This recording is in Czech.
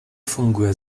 funguje